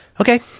Okay